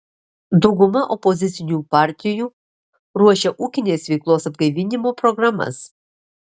dauguma opozicinių partijų ruošia ūkinės veiklos atgaivinimo programas